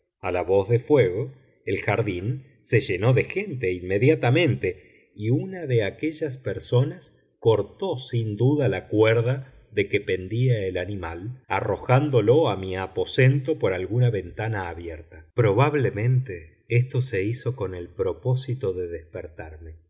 a la voz de fuego el jardín se llenó de gente inmediatamente y una de aquellas personas cortó sin duda la cuerda de que pendía el animal arrojándolo a mi aposento por alguna ventana abierta probablemente esto se hizo con el propósito de despertarme